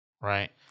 Right